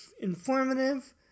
informative